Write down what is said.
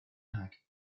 act